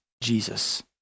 Jesus